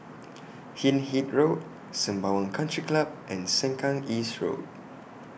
Hindhede Road Sembawang Country Club and Sengkang East Road